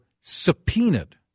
subpoenaed